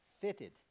fitted